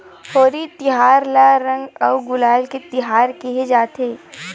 होरी तिहार ल रंग अउ गुलाल के तिहार केहे जाथे